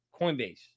Coinbase